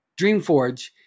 Dreamforge